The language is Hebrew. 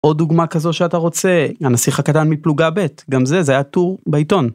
עוד דוגמא כזו שאתה רוצה, הנסיך הקטן מפלוגה ב' גם זה, זה היה טור בעיתון.